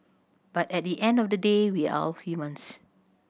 but at the end of the day we're all humans